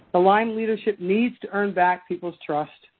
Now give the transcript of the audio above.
the lyme leadership needs to earn back people's trust.